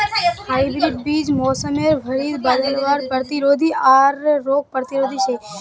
hybrid बीज मोसमेर भरी बदलावर प्रतिरोधी आर रोग प्रतिरोधी छे